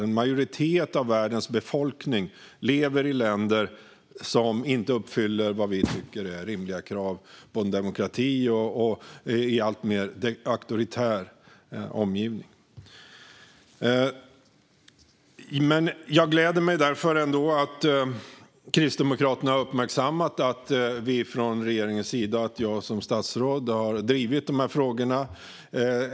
En majoritet av världens befolkning lever i länder som inte uppfyller vad vi tycker är rimliga krav på en demokrati och i en alltmer auktoritär omgivning. Det gläder mig att Kristdemokraterna uppmärksammar att regeringen och jag som statsråd driver dessa frågor.